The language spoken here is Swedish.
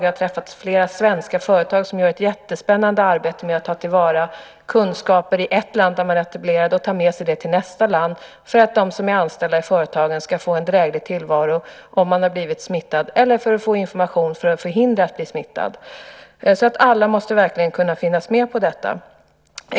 Jag har träffat flera svenska företag som gör ett jättespännande arbete med att ta till vara kunskaper i ett land där man är etablerad och ta med sig det till nästa land. Detta gör man för att de som är anställda i företagen ska få en dräglig tillvaro om de har blivit smittade eller för att de ska få information för att förhindra att bli smittade. Alla måste verkligen kunna finnas med på detta.